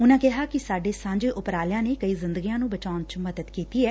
ਉਨੂਾ ਕਿਹਾ ਕਿ ਸਾਡੇ ਸਾਝੇ ਉਪਰਾਲਿਆਂ ਨੇ ਕਈ ਜ਼ਿੰਦਗੀਆਂ ਨੂੰ ਬਚਾਉਣ ਚ ਮਦਦ ਕੀਤੀ ਏ